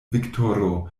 viktoro